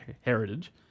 heritage